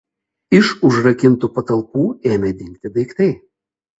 iš užrakintų patalpų ėmė dingti daiktai